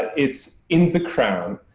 it's in the crown,